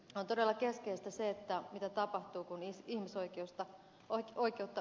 on todella keskeistä se mitä tapahtuu kun ihmisoikeutta on loukattu